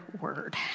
word